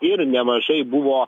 ir nemažai buvo